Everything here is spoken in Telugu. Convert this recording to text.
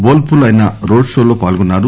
బోల్ పూర్ లో ఆయన రోడ్ షోలో పాల్గొన్నారు